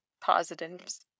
positives